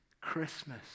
Christmas